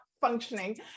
functioning